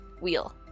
wheel